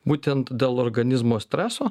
būtent dėl organizmo streso